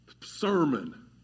sermon